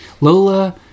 Lola